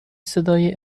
صدای